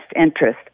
interest